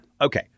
Okay